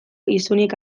isunik